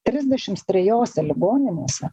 trisdešims trejose ligoninėse